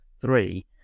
three